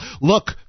Look